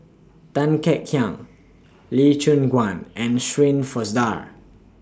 Tan Kek Hiang Lee Choon Guan and Shirin Fozdar